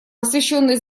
посвященной